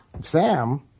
Sam